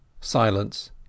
Silence